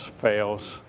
fails